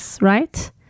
right